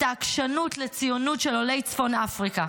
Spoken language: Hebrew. את העקשנות לציונות של עולי צפון אפריקה,